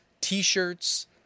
t-shirts